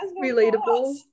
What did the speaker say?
relatable